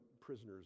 prisoners